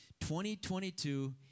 2022